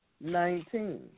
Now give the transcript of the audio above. nineteen